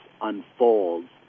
unfolds